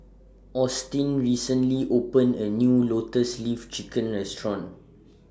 Austyn recently opened A New Lotus Leaf Chicken Restaurant